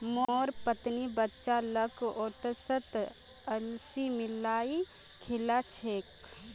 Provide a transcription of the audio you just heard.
मोर पत्नी बच्चा लाक ओट्सत अलसी मिलइ खिला छेक